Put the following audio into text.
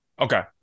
Okay